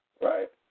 right